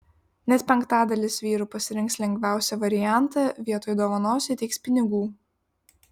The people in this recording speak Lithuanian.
net penktadalis vyrų pasirinks lengviausią variantą vietoj dovanos įteiks pinigų